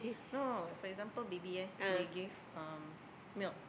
no no no for example baby eh they give um milk